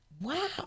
Wow